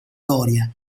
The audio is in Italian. doria